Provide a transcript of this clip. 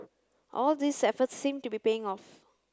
all these efforts seem to be paying off